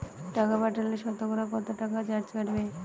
টাকা পাঠালে সতকরা কত টাকা চার্জ কাটবে?